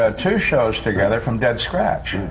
ah two shows together from dead scratch.